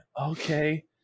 Okay